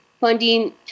funding